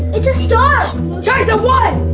it's a star. guys a one.